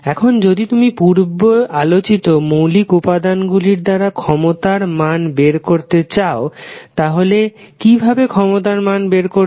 এখন যদি তুমি পূর্ব আলোচিত মৌলিক উপাদান গুলির দ্বারা ক্ষমতার মান বের করতে চাও তাহলে কি ভাবে ক্ষমতার মান বের করবে